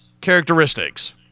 characteristics